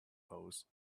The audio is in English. pose